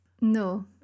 No